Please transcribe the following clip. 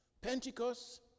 Pentecost